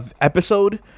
episode